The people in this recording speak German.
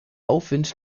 aufwind